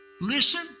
Listen